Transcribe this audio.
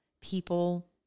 people